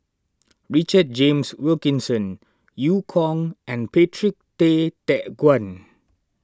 Richard James Wilkinson Eu Kong and Patrick Tay Teck Guan